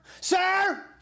sir